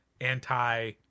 anti